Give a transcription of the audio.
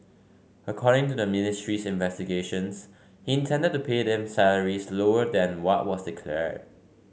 according to the ministry's investigations he intended to pay them salaries lower than what was declared